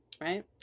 Right